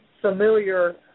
familiar